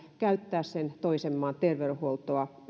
käyttää sen toisen maan terveydenhuoltoa